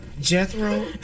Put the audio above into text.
Jethro